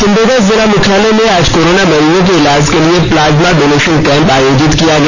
सिमडेगा जिला मुख्यालय में आज कोरोना मरीजों के ईलाज के लिए प्लाज्मा डोनेशन कैंप आयोजित किया गया